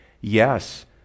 Yes